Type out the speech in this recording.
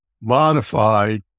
modified